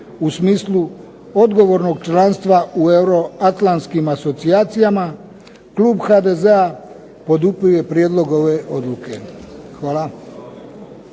u smislu odgovornog članstva u euroatlantskim asocijacijama klub HDZ-a podupire prijedlog ove odluke. Hvala.